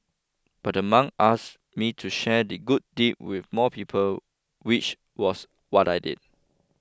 but the monk asked me to share the good deed with more people which was what I did